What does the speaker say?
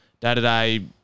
day-to-day